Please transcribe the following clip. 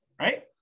right